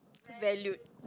valued